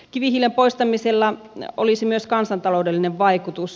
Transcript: kivihiilen poistamisella olisi myös kansantaloudellinen vaikutus